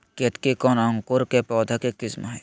केतकी कौन अंकुर के पौधे का किस्म है?